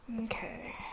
Okay